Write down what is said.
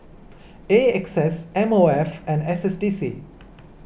A X S M O F and S S D C